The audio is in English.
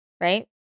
right